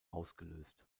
ausgelöst